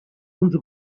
uns